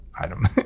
item